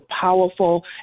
powerful